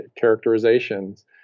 characterizations